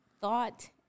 thought